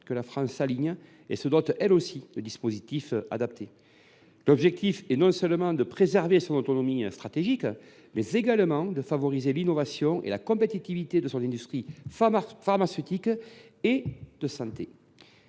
que la France s’aligne et se dote, elle aussi, de dispositifs adaptés. L’objectif pour notre pays est non seulement de préserver son autonomie stratégique, mais aussi de favoriser l’innovation et la compétitivité de son industrie pharmaceutique et de santé.